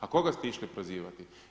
A koga ste išli prozivati?